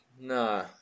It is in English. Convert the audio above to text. No